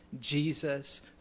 Jesus